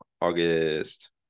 August